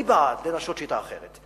אני בעד לנסות שיטה אחרת.